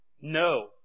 No